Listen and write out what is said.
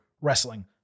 Wrestling